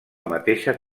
mateixa